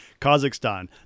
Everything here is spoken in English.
Kazakhstan